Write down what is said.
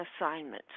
assignments